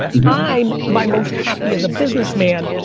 yeah i am my most happy as a businessman,